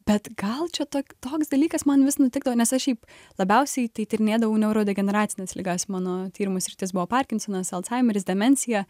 bet gal čia to toks dalykas man vis nutikdavo nes aš šiaip labiausiai tai tyrinėdavau neurodegeneracines ligas mano tyrimų sritis buvo parkinsonas alzheimeris demencija